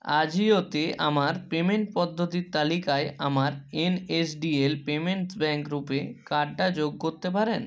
আজিওতে আমার পেমেন্ট পদ্ধতির তালিকায় আমার N S D L payments bank RuPay কার্ডটা যোগ করতে পারেন